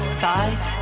thighs